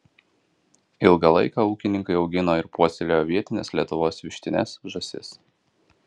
ilgą laiką ūkininkai augino ir puoselėjo vietines lietuvos vištines žąsis